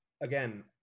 again